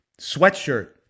sweatshirt